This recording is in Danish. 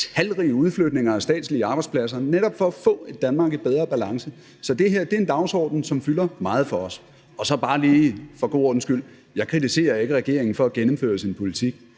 talrige udflytninger af statslige arbejdspladser netop for at få et Danmark i bedre balance. Så det her er en dagsorden, som fylder meget for os. Og så bare lige for god ordens skyld: Jeg kritiserer ikke regeringen for at gennemføre sin politik.